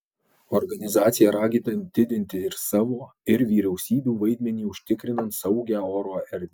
organizacija ragina didinti ir savo ir vyriausybių vaidmenį užtikrinant saugią oro erdvę